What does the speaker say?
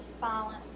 violence